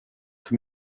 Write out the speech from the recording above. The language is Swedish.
för